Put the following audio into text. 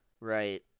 Right